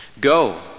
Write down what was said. Go